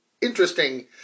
interesting